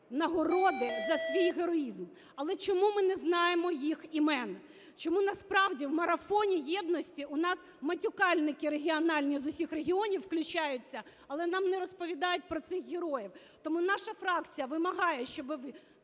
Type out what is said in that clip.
нагороди за свій героїзм. Але чому ми не знаємо їх імен? Чому насправді у марафоні єдності у нас матюкальники регіональні з усіх регіонів включаються, але нам не розповідають про цих героїв? Тому наша фракція вимагає, щоб